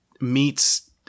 meets